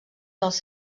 dels